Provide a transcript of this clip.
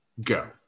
go